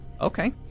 Okay